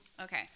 okay